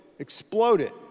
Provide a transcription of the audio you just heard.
exploded